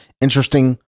interesting